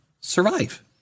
survive